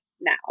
now